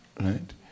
right